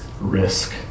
risk